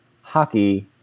hockey